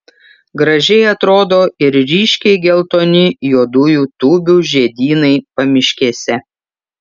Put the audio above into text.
gražiai atrodo ir ryškiai geltoni juodųjų tūbių žiedynai pamiškėse